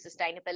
sustainability